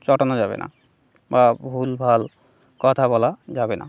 চটানো যাবে না বা ভুল ভাল কথা বলা যাবে না